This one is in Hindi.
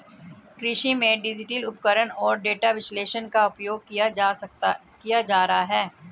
कृषि में डिजिटल उपकरण और डेटा विश्लेषण का उपयोग किया जा रहा है